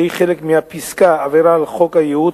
שהיא חלק מהפסקה "עבירה על חוק הייעוץ",